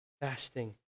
fasting